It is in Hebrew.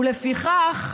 ולפיכך,